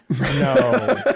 No